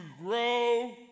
grow